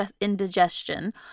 indigestion